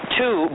two